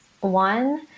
one